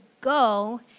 go